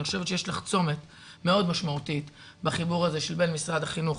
אני חושבת שיש לך צומת מאוד משמעותית בחיבור הזה של בין משרד החינוך